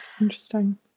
Interesting